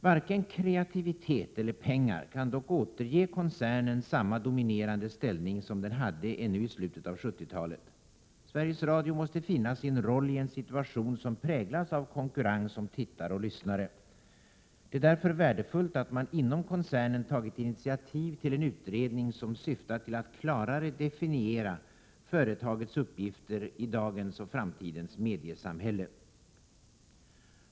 Varken kreativitet eller pengar kan dock återge koncernen samma dominerande ställning som den hade ännu i slutet av 70-talet. Sveriges Radio måste finna sin roll i en situation som präglas av konkurrens om tittare och lyssnare. Det är därför värdefullt att man inom koncernen tagit initiativ till en utredning som syftar till att klarare definiera företagets uppgifter i dagens och framtidens mediesamhälle.